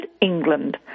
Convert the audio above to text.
England